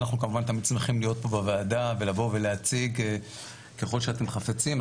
אנחנו כמובן תמיד שמחים להיות פה בוועדה ולבוא ולהציג ככל שאתם חפצים.